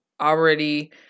already